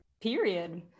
period